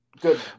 Good